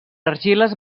argiles